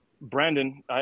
Brandon